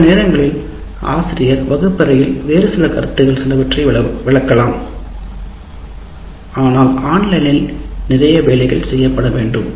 சில நேரங்களில் ஆசிரியர் வகுப்பறையில் வேறுசில கருத்துக்கள் சிலவற்றை விளக்கலாம் ஆனால் ஆன்லைனில் நிறைய வேலைகள் செய்யப்பட வேண்டும்